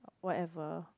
whatever